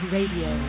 Radio